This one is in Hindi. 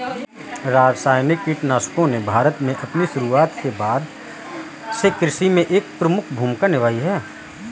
रासायनिक कीटनाशकों ने भारत में अपनी शुरूआत के बाद से कृषि में एक प्रमुख भूमिका निभाई है